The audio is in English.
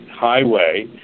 highway